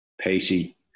pacey